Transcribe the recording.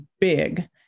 big